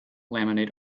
laminate